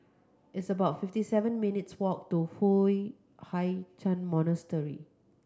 it's about fifty seven minutes' walk to Foo Hai Ch'an Monastery